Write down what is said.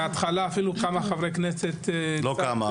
בהתחלה כמה חברי כנסת --- לא כמה.